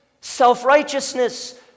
self-righteousness